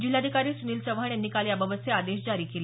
जिल्हाधिकारी सुनिल चव्हाण यांनी काल याबाबतचे आदेश जारी केले